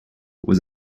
was